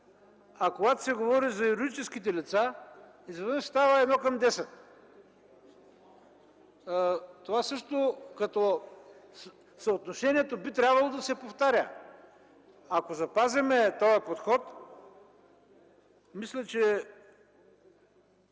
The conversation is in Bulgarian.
а когато се говори за юридическите лица, изведнъж става едно към десет? Съотношението би трябвало да се повтаря. Ако запазим този подход мисля, че